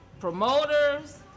Promoters